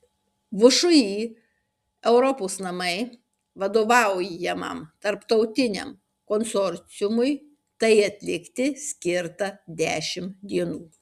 všį europos namai vadovaujamam tarptautiniam konsorciumui tai atlikti skirta dešimt dienų